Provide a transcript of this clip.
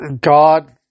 God